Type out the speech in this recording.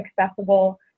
accessible